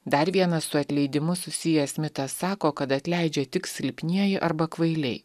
dar vienas su atleidimu susijęs mitas sako kad atleidžia tik silpnieji arba kvailiai